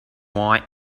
white